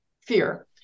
fear